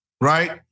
right